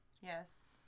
Yes